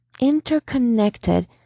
interconnected